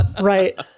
Right